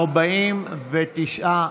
49,